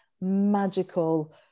magical